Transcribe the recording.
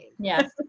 Yes